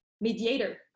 mediator